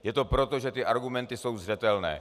Je to proto, že argumenty jsou zřetelné.